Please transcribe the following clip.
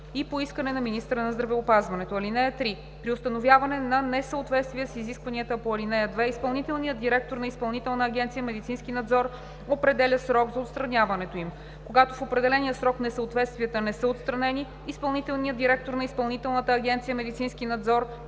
и по искане на министъра на здравеопазването. (3) При установяване на несъответствия с изискванията по ал. 2 изпълнителният директор на Изпълнителна агенция „Медицински надзор“ определя срок за отстраняването им. Когато в определения срок несъответствията не са отстранени, изпълнителният директор на Изпълнителна агенция „Медицински надзор“: